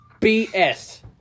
BS